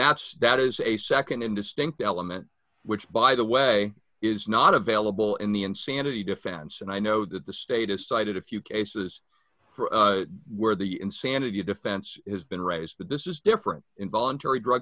that's that is a nd and distinct element which by the way is not available in the insanity defense and i know that the status cited a few cases where the insanity defense has been raised but this is different involuntary drug